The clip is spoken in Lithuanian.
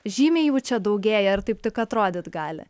žymiai jų čia daugėja ar taip tik atrodyt gali